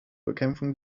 bekämpfung